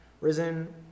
risen